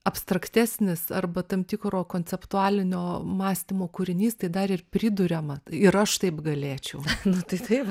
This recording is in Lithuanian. abstraktesnis arba tam tikro konceptualinio mąstymo kūrinys tai dar ir priduriama ir aš taip galėčiau na tai taip